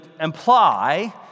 imply